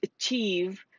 achieve